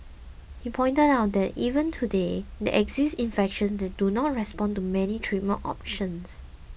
he pointed out that even today there exist infections that do not respond to many treatment options